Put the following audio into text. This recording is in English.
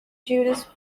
judas